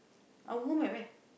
our home at where